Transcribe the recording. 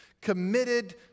Committed